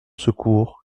secours